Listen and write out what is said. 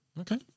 Okay